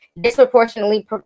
disproportionately